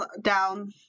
down